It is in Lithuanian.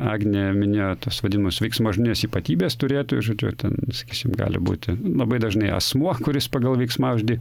agnė minėjo tos vadimos veiksmažodinės ypatybės turėtojų žodžiu ten sakysim gali būti labai dažnai asmuo kuris pagal veiksmažodį